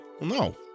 no